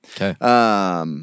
Okay